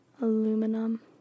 aluminum